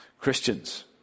Christians